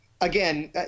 again